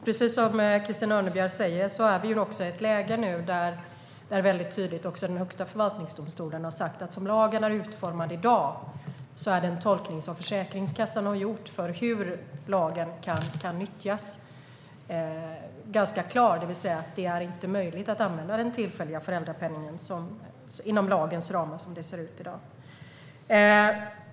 Precis som Christina Örnebjär säger är vi i ett läge nu där också Högsta förvaltningsdomstolen har sagt att som lagen är utformad i dag är den tolkning som Försäkringskassan har gjort för hur lagen kan nyttjas ganska klar, det vill säga det är inte möjligt att använda den tillfälliga föräldrapenningen för detta inom lagens ramar som det ser ut i dag.